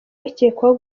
bakekwaho